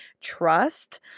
trust